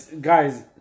Guys